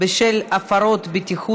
כי הונחה היום על שולחן